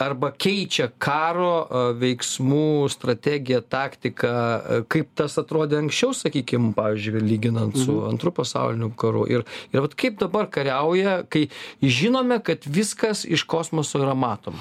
arba keičia karo veiksmų strategiją taktiką kaip tas atrodė anksčiau sakykim pavyzdžiui lyginant su antru pasauliniu karu ir ir vat kaip dabar kariauja kai žinome kad viskas iš kosmoso yra matoma